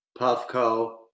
Puffco